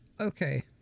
Okay